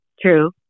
True